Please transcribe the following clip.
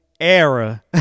era